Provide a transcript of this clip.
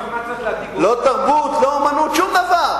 לא תרבות, לא אמנות, שום דבר,